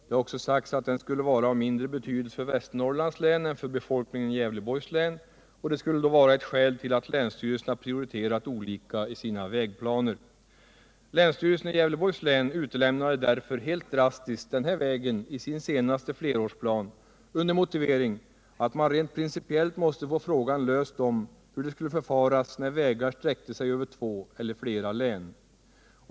Det har också sagts att den skulle vara av mindre betydelse för Västernorrlands län än för Gävleborgs län, vilket då skulle vara ett skäl till att länsstyrelserna prioriterat olika i sina vägplaner. Länsstyrelsen i Gävleborgs län utelämnade därför helt drastiskt den här vägen i sin senaste flerårsplan med motiveringen att man rent principiellt måste lösa frågan om hur man bör förfara när vägar sträcker sig över två eller flera län.